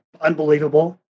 unbelievable